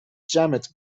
جمعت